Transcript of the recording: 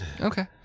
Okay